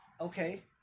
Okay